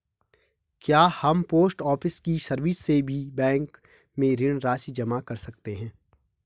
क्या हम post office की सर्विस से भी बैंक में ऋण राशि जमा कर सकते हैं?